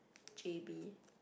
j_b